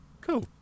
Cool